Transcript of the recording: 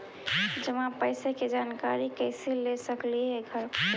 जमा पैसे के जानकारी कैसे ले सकली हे घर बैठे?